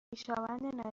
خویشاوند